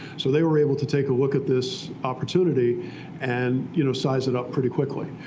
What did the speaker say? so they were able to take a look at this opportunity and you know size it up pretty quickly.